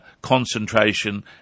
concentration